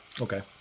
Okay